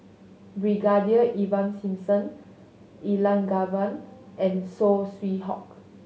Brigadier Ivan Simson Elangovan and Saw Swee Hock